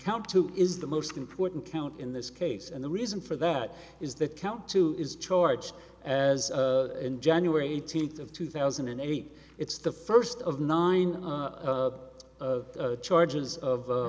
count two is the most important count in this case and the reason for that is that count two is charged as in january eighteenth of two thousand and eight it's the first of nine charges of